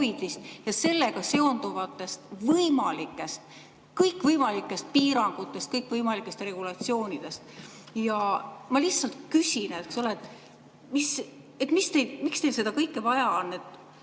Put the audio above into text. ja sellega seonduvatest kõikvõimalikest piirangutest, kõikvõimalikest regulatsioonidest. Ma lihtsalt küsin, eks ole, miks teil seda kõike vaja on.